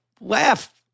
laugh